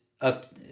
up